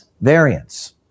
variants